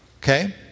Okay